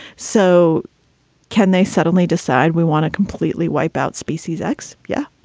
so can they suddenly decide we want to completely wipe out species x? yeah,